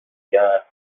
کرد